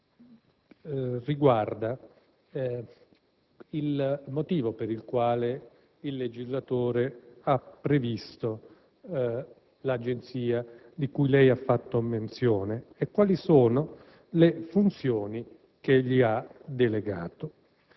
che riguarda il motivo per il quale il legislatore ha previsto l'Agenzia di cui lei ha fatto menzione e quali sono le funzioni che le ha delegato: